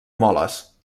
moles